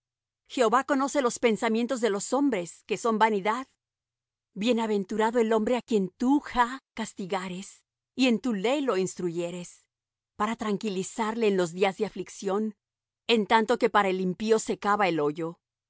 jehová conoce los pensamientos de los hombres que son vanidad bienaventurado el hombre á quien tú jah castigares y en tu ley lo instruyeres para tranquilizarle en los días de aflicción en tanto que para el impío se cava el hoyo